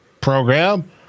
program